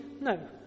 No